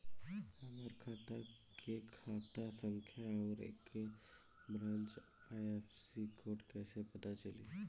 हमार खाता के खाता संख्या आउर ए ब्रांच के आई.एफ.एस.सी कोड कैसे पता चली?